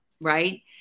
right